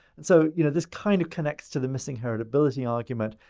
and so, you know, this kind of connects to the missing heritability argument.